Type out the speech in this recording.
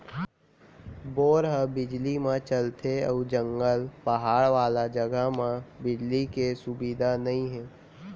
bore ह बिजली म चलथे अउ जंगल, पहाड़ वाला जघा म बिजली के सुबिधा नइ हे